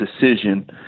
decision